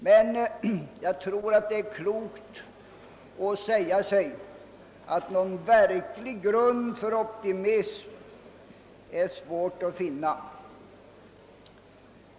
Men jag tror det är klokt att säga sig, att någon verklig grund för optimism är svår att finna.